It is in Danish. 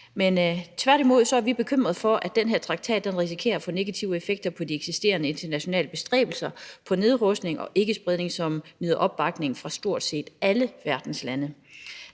er tværtimod bekymrede for, at den her traktat risikerer at få negative effekter på de eksisterende internationale bestræbelser på nedrustning og ikkespredning, som nyder opbakning fra stort set alle verdens lande.